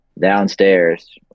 downstairs